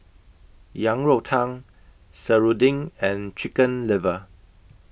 Yang Rou Tang Serunding and Chicken Liver